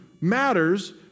matters